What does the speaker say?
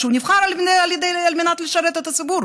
שנבחר על מנת לשרת את הציבור.